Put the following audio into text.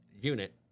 unit